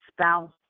spouse